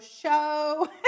show